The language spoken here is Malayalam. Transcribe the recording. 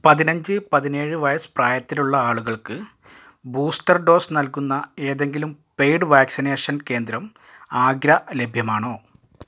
പതിനഞ്ച് പതിനേഴ് വയസ്സ് പ്രായത്തിലുള്ള ആളുകൾക്ക് ബൂസ്റ്റർ ഡോസ് നൽകുന്ന ഏതെങ്കിലും പെയ്ഡ് വാക്സിനേഷൻ കേന്ദ്രം ആഗ്ര ലഭ്യമാണോ